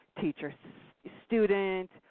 teacher-student